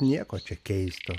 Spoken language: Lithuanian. nieko čia keisto